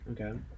Okay